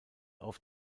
auf